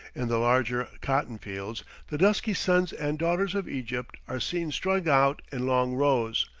in the larger cotton-fields the dusky sons and daughters of egypt are seen strung out in long rows,